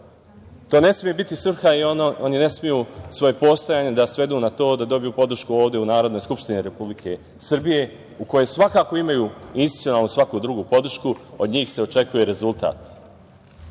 to? To ne sme biti svrha i oni ne smeju svoje postojanje da svedu na to da dobiju podršku ovde u Narodnoj skupštini Republike Srbije u kojoj svakako imaju institucionalnu i svaku drugu podršku, od njih se očekuje rezultat,